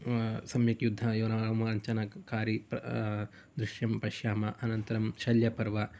सम्यक् युद्धाय रोमाञ्चनकारि दृश्यं पश्यामः अनन्तरं शल्यपर्वः